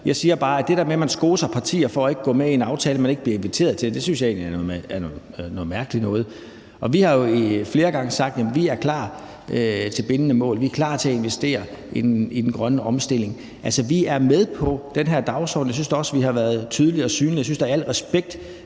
Jeg siger bare, at det der med at skose partier for ikke at gå med i en aftale, man ikke bliver inviteret med i, synes jeg egentlig er noget mærkeligt noget. Vi har jo flere gange sagt, at vi er klar til at aftale bindende mål, at vi er klar til at investere i den grønne omstilling. Altså, vi er med på den her dagsorden. Jeg synes da også, vi har været tydelige og synlige. Jeg synes da, man i al respekt